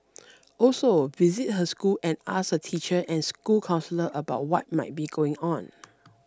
also visit her school and ask her teacher and school counsellor about what might be going on